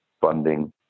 funding